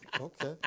Okay